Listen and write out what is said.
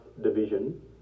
division